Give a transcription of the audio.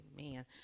Amen